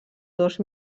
dos